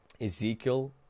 Ezekiel